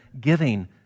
giving